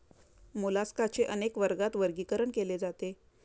मोलास्काचे अनेक वर्गात वर्गीकरण केले जाते